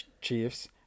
Chiefs